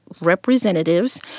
representatives